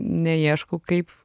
neieškau kaip